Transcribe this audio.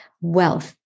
Wealth